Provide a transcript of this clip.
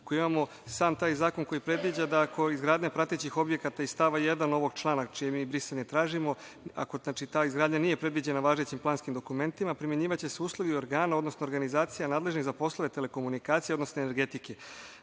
ako imamo sam taj zakon koji predviđa da oko izgradnje pratećih objekata iz stava 1. ovog člana čije mi brisanje tražimo, ako ta izgradnja nije predviđena prema važećim planskim dokumentima primenjivaće se uslovi organa odnosno organizacija nadležnih za poslove telokomunikacije odnosno energetike